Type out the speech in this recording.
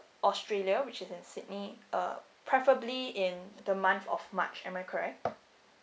australia which is in sydney uh preferably in the month of march am I correct